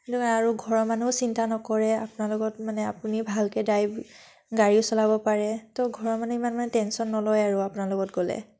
আৰু ঘৰৰ মানুহেও চিন্তা নকৰে আপোনাৰ লগত মানে আপুনি ভালকৈ ড্ৰাইভ গাড়ীও চলাব পাৰে ত' ঘৰৰ মানুহে ইমান মানে টেনচন নলয় আৰু আপোনাৰ লগত গ'লে